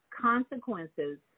consequences